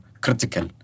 critical